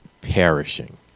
perishing